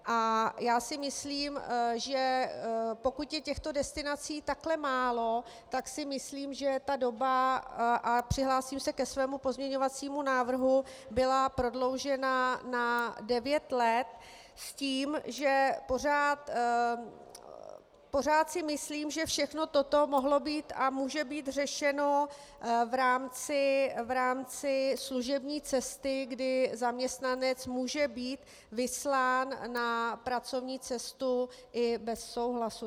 A já si myslím, že pokud je těchto destinací takhle málo, tak si myslím, že ta doba, a přihlásím se ke svému pozměňovacímu návrhu, byla prodloužena na devět let s tím, že pořád si myslím, že všechno toto mohlo být a může být řešeno v rámci služební cesty, kdy zaměstnanec může být vyslán na pracovní cestu i bez souhlasu.